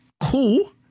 cool